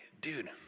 dude